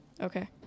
Okay